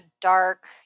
dark